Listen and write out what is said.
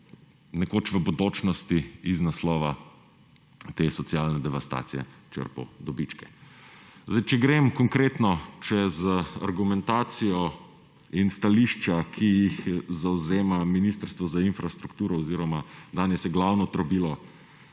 nekoč v bodočnosti iz naslova te socialne devastacije črpal dobičke. Če grem konkretno čez argumentacijo in stališča, ki jih zavzema Ministrstvo za infrastrukturo oziroma danes glavno trobilo